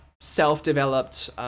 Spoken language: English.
self-developed